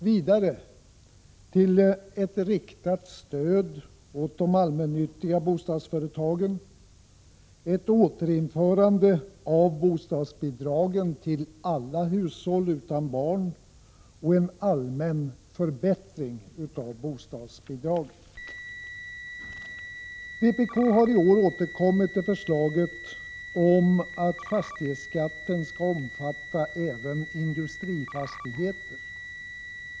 Vidare bör pengarna användas till ett riktat stöd åt de allmännyttiga bostadsföretagen, till ett återinförande av bostadsbidragen till alla hushåll utan barn och till en allmän förbättring av bostadsbidragen. Vpk har i år återkommit till förslaget om att fastighetsskatten skall omfatta även industrifastigheter.